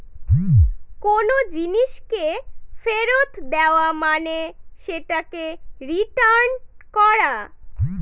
কোনো জিনিসকে ফেরত দেওয়া মানে সেটাকে রিটার্ন করা